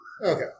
Okay